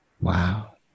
Wow